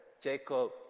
Jacob